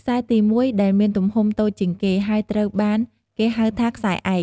ខ្សែទី ១ ដែលមានទំហំ តូចជាងគេ ហើយត្រូវបានគេហៅថា ខ្សែឯក។